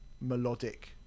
melodic